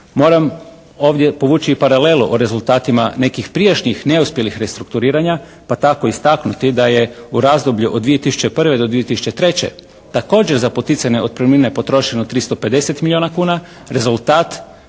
Moram ovdje povući i paralelu o rezultatima nekih prijašnjih neuspjelih restrukturiranja pa tako istaknuti da je u razdoblju od 2001. do 2003. također za poticanje otpremnine potrošeno 350 milijuna kuna, rezultat